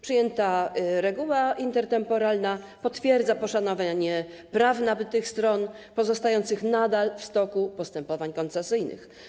Przyjęta reguła intertemporalna potwierdza poszanowanie praw nabytych stron pozostających nadal w toku postępowań koncesyjnych.